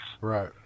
Right